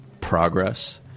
progress